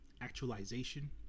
actualization